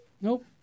nope